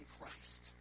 Christ